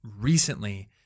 recently